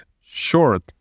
short